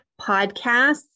podcasts